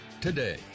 today